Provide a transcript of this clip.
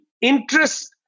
interest